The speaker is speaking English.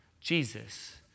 Jesus